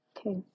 okay